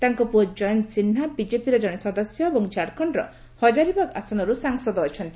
ତାଙ୍କ ପୁଅ ଜୟନ୍ତ ସିହ୍ନା ବିଜେପିର ଜଣେ ସଦସ୍ୟ ଏବଂ ଝାଡ଼ଖଣ୍ଡର ହଜାରିବାଗ୍ ଆସନରୁ ସାଂସଦ ଅଛନ୍ତି